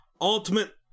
ultimate